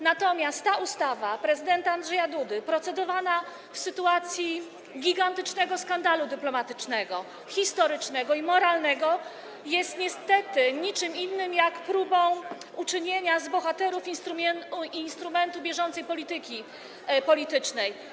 Natomiast ta ustawa prezydenta Andrzeja Dudy, procedowana w sytuacji gigantycznego skandalu dyplomatycznego, historycznego i moralnego, jest niestety niczym innym jak próbą uczynienia z bohaterów instrumentu bieżącej polityki politycznej.